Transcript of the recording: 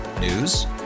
News